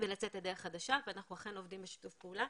ולצאת לדרך חדשה, ואנחנו אכן עובדים בשיתוף פעולה.